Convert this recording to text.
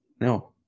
No